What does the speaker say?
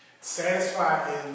Satisfied